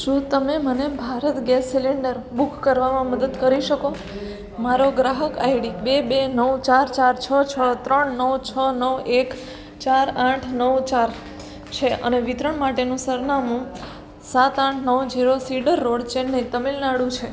શું તમે મને ભારત ગેસ સિલિન્ડર બુક કરવામાં મદદ કરી શકો મારો ગ્રાહક આઈડી બે બે નવ ચાર ચાર છ છ ત્રણ નવ છ નવ એક ચાર આઠ નવ ચાર છે અને વિતરણ માટેનું સરનામું સાત આઠ નવ zero cedar road Chennai Tamil Nadu